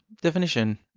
Definition